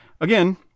again